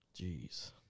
Jeez